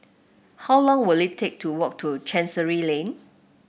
how long will it take to walk to Chancery Lane